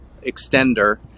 extender